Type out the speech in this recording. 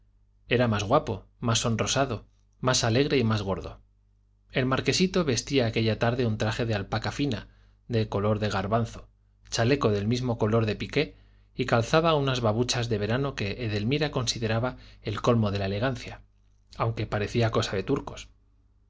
era más guapo más sonrosado más alegre y más gordo el marquesito vestía aquella tarde un traje de alpaca fina de color de garbanzo chaleco del mismo color de piqué y calzaba unas babuchas de verano que edelmira consideraba el colmo de la elegancia aunque parecía cosa de turcos